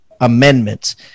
amendments